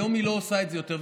היום לא עושה את זה יותר.